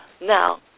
Now